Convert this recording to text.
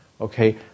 Okay